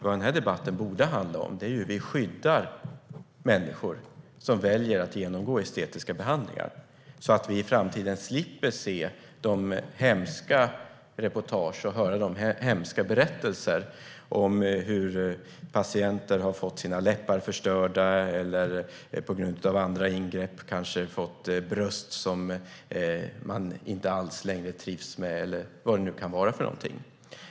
Vad debatten borde handlar om är hur vi skyddar människor som väljer att genomgå estetiska behandlingar så att vi i framtiden slipper se hemska reportage och höra hemska berättelser om hur patienter har fått sina läppar förstörda eller på grund av andra ingrepp kanske fått bröst som de inte alls längre trivs med eller vad det nu kan vara för någonting.